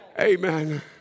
Amen